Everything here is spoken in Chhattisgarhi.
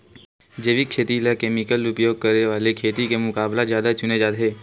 जैविक खेती ला केमिकल उपयोग करे वाले खेती के मुकाबला ज्यादा चुने जाते